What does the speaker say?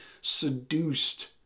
seduced